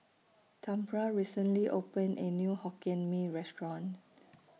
Tamra recently opened A New Hokkien Mee Restaurant